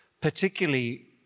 particularly